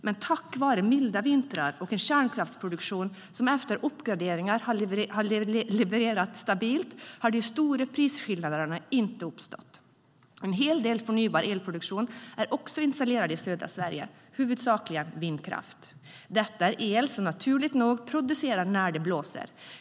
Men tack vare milda vintrar och en kärnkraftsproduktion som efter uppgraderingar har levererat stabilt har de stora prisskillnaderna inte uppstått. En hel del förnybar elproduktion är också installerad i södra Sverige, huvudsakligen vindkraft. Detta är el som naturligt nog producerar när det blåser.